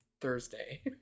Thursday